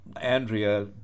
Andrea